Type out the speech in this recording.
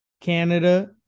Canada